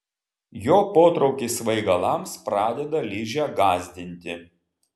jo potraukis svaigalams pradeda ližę gąsdinti